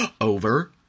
over